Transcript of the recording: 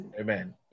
Amen